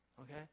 okay